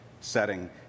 setting